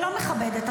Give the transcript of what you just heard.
לא מכבדת.